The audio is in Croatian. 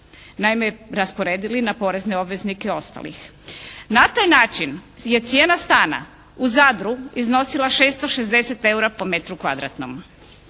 naime rasporedili na porezne obveznike ostalih. Na taj način je cijena stana u Zadru iznosila 660 eura po metru kvadratnom,